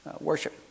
worship